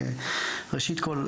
ראשית כל,